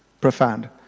profound